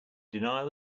denial